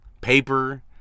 paper